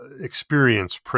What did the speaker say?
experience